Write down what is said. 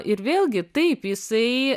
ir vėlgi taip jisai